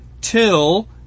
till